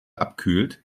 abkühlt